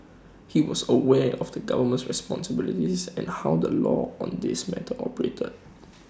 he was aware of the government's responsibilities and how the law on this matter operated